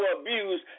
abuse